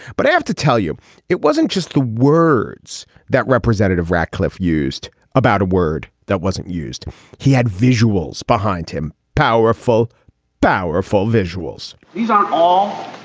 but i have to tell you it wasn't just the words that representative ratcliffe used about a word that wasn't used he had visuals behind him powerful powerful visuals. these are all.